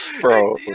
Bro